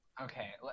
okay